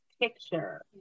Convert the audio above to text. picture